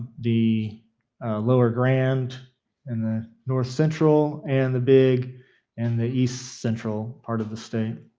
the lower grand and the north central, and the big and the east central part of the state.